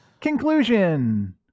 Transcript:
Conclusion